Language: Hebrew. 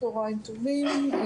צוהריים טובים,